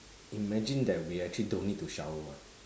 imagine that we actually don't need to shower [one]